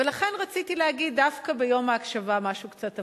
ולכן רציתי להגיד דווקא ביום ההקשבה משהו קצת הפוך: